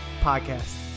Podcast